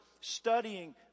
studying